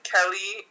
Kelly